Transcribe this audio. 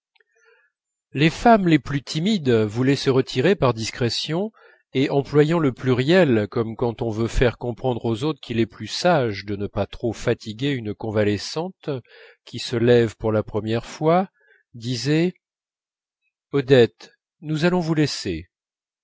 les femmes les plus timides voulaient se retirer par discrétion et employant le pluriel comme quand on veut faire comprendre aux autres qu'il est plus sage de ne pas trop fatiguer une convalescente qui se lève pour la première fois disaient odette nous allons vous laisser